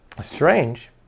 Strange